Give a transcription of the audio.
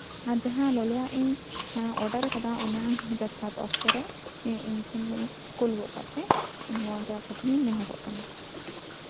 ᱟᱨ ᱡᱟᱦᱟᱸ ᱞᱚᱞᱚᱣᱟᱜ ᱤᱧ ᱚᱰᱟᱨ ᱠᱟᱫᱟ ᱚᱱᱟ ᱡᱚᱛᱷᱟᱛ ᱚᱠᱛᱚ ᱨᱮ ᱤᱧ ᱴᱷᱮᱱ ᱠᱩᱞ ᱜᱚᱜ ᱠᱟᱜ ᱯᱮ ᱱᱚᱣᱟᱜᱮ ᱟᱯᱮ ᱴᱷᱮᱜ ᱤᱧ ᱱᱮᱦᱚᱨᱚᱜ ᱠᱟᱱᱟ